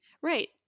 Right